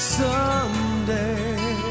someday